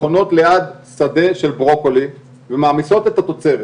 שחונות ליד שדה של ברוקולי ומעמיסות את התוצרת,